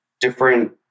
Different